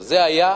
זה היה מ-1994,